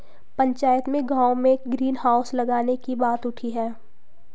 पंचायत में गांव में ग्रीन हाउस लगाने की बात उठी हैं